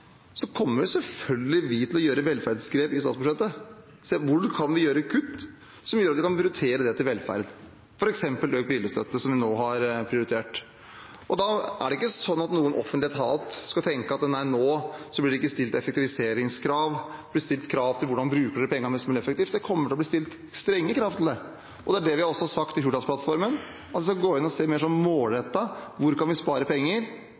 statsbudsjettet. Hvor kan vi gjøre kutt som gjør at vi kan prioritere midler til velferd, f.eks. til økt brillestøtte, som vi nå har prioritert? Da skal ikke en offentlig etat tenke at nå blir det ikke stilt effektiviseringskrav, krav til hvordan man kan bruke penger mest mulig effektivt. Det kommer til å bli stilt strenge krav til det. Det er også det vi har sagt i Hurdalsplattformen: Vi skal se mer målrettet på hvor vi kan spare penger